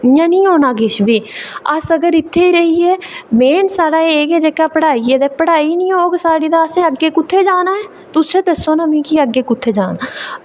इं'या निं होना किश बी अस अगर इत्थै रेहियै ते मेन साढ़ा एह् ऐ कि पढ़ाई पढ़ाई निं होग साढ़ी ते असें अग्गें कुत्थें जाना ऐ तुस गै दस्सो आं मिगी अग्गें कुत्थें जाना ऐ